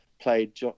played